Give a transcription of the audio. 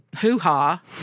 hoo-ha